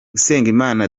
usengimana